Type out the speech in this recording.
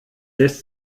lässt